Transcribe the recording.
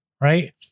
Right